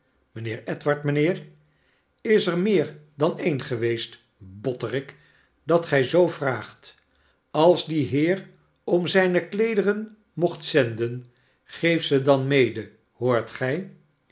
mijnheer edward mijnheer is er meer dan edn geweest botterik dat gij zoo vraagt als die heer om zijne kleederen mocht zenden geef ze dan mede hoort gij